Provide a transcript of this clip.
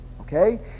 Okay